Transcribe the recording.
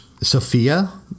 Sophia